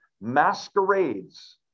masquerades